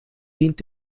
dient